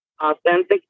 Authentic